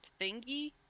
thingy